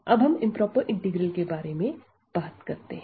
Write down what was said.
अब हम improper integral के बारे में बात करते हैं